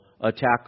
attack